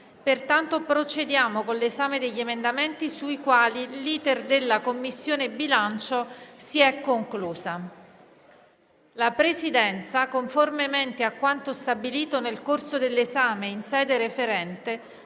Pertanto, procediamo con l'esame degli emendamenti sui quali l'*iter* della Commissione bilancio si è concluso. La Presidenza, conformemente a quanto stabilito nel corso dell'esame in sede referente,